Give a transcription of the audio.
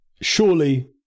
Surely